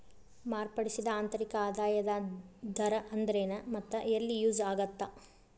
ಮಾರ್ಪಡಿಸಿದ ಆಂತರಿಕ ಆದಾಯದ ದರ ಅಂದ್ರೆನ್ ಮತ್ತ ಎಲ್ಲಿ ಯೂಸ್ ಆಗತ್ತಾ